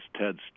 Ted's